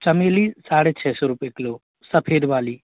चमेली साढ़े छ सौ रूपए किलो सफ़ेद वाली